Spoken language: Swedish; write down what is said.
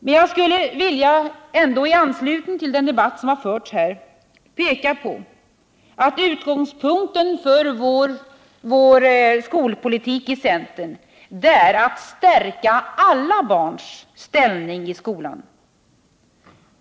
Men jag skulle ändå i anslutning till den debatt som förts här vilja peka på att utgångspunkten för vår skolpolitik i centern är att stärka alla barns ställning i skolan.